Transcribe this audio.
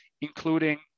including